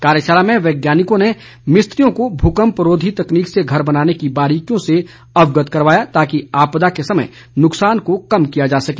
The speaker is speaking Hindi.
कार्यशाला में वैज्ञानिकों ने मिस्त्रियों को भूकंपरोधी तकनीक से घर बनाने की बारीकियों से अवगत कराया ताकि आपदा के समय नुक्सान को कम किया जा सके